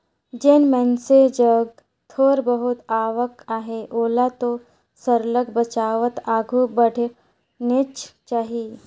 जेन मइनसे जग थोर बहुत आवक अहे ओला तो सरलग बचावत आघु बढ़नेच चाही